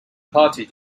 party